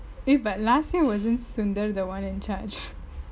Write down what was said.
eh but last year wasn't sundar the one in charge